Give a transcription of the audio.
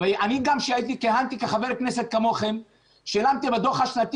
וגם כשכיהנתי כחבר כנסת כמוכם שילמתי בדוח השנתי